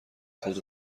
خود